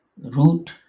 root